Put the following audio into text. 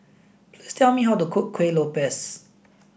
please tell me how to cook Kueh lopes